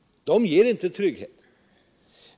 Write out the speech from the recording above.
De ger inte trygghet.